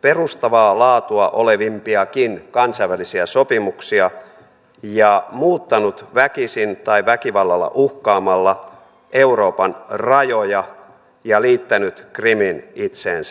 perustavaa laatua olevimpiakin kansainvälisiä sopimuksia ja muuttanut väkisin tai väkivallalla uhkaamalla euroopan rajoja ja liittänyt krimin itseensä